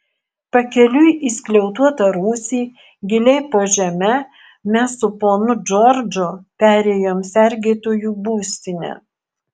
pakeliui į skliautuotą rūsį giliai po žeme mes su ponu džordžu perėjom sergėtojų būstinę